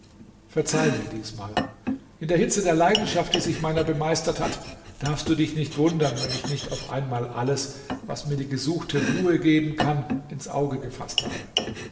verzeih mir diesmal in der hitze der leidenschaft die sich meiner bemeistert hat darfst du dich nicht wundern wenn ich nicht auf einmal alles was mir die gesuchte ruhe geben kann ins auge gefaßt habe